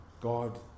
God